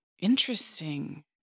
Interesting